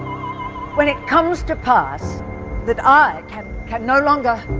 when it comes to pass that i can no longer